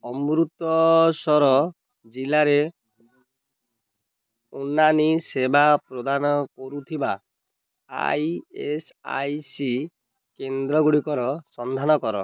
ଅମୃତସର ଜିଲ୍ଲାରେ ଉନାନି ସେବା ପ୍ରଦାନ କରୁଥିବା ଇ ଏସ୍ ଆଇ ସି କେନ୍ଦ୍ରଗୁଡ଼ିକର ସନ୍ଧାନ କର